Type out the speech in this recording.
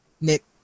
Nick